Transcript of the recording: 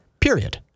period